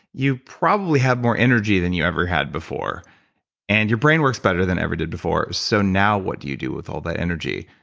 you probably have more energy than you ever had before and your brain works better than it ever did before. so now what do you do with all that energy?